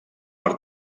per